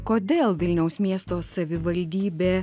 kodėl vilniaus miesto savivaldybė